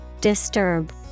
Disturb